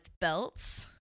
belts